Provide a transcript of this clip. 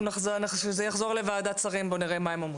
זה יחזור לוועדת שרים ונראה מה הם אומרים.